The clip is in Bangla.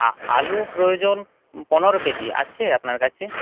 আ আলু প্রয়োজন পনেরো কেজি আছে আপনার কাছে